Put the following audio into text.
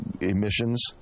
emissions